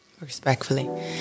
respectfully